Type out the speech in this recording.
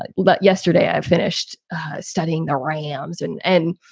but but yesterday i finished studying the rams and. and